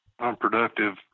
unproductive